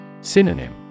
Synonym